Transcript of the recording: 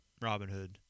Robinhood